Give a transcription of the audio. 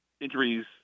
injuries